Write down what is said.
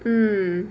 mm